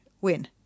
win